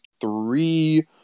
three